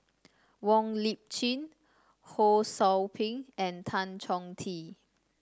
Wong Lip Chin Ho Sou Ping and Tan Chong Tee